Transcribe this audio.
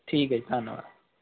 ਠੀਕ ਹੈ ਜੀ ਧੰਨਵਾਦ